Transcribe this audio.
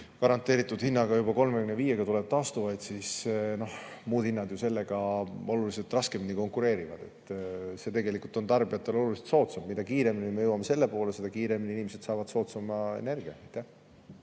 garanteeritud hinnaga, juba 35-ga tuleb taastuvaid, siis muud hinnad ju sellega oluliselt raskemini konkureerivad. See tegelikult on tarbijatele oluliselt soodsam. Mida kiiremini me jõuame selle poole, seda kiiremini inimesed saavad soodsama energia.